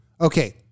Okay